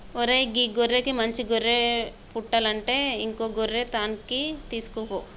ఓరై గీ గొర్రెకి మంచి గొర్రె పుట్టలంటే ఇంకో గొర్రె తాన్కి తీసుకుపో